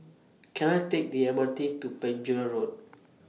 Can I Take The M R T to Penjuru Road